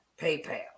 paypal